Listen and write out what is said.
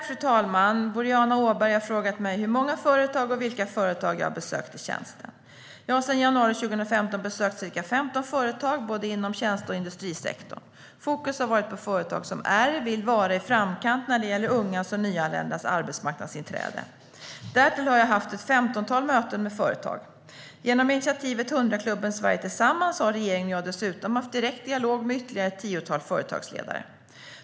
Fru talman! Boriana Åberg har frågat mig hur många företag, och vilka företag, jag har besökt i tjänsten. Jag har sedan januari 2015 besökt ca 15 företag, både inom tjänste och industrisektorn. Fokus har varit på företag som är, eller vill vara, i framkant när det gäller ungas och nyanländas arbetsmarknadsinträde. Därtill har jag haft ett femtontal möten med företag. Genom initiativet 100-klubben - Sverige tillsammans har regeringen och jag dessutom haft direkt dialog med ytterligare ett tiotal företagsledare.